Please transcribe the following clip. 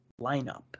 lineup